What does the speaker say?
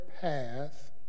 path